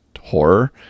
horror